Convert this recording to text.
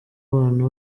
abana